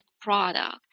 product